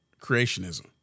creationism